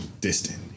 distant